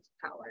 power